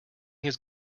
his